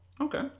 Okay